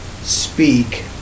speak